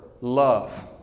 Love